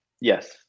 Yes